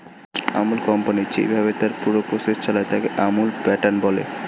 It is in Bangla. আমূল কোম্পানি যেইভাবে তার পুরো প্রসেস চালায়, তাকে আমূল প্যাটার্ন বলে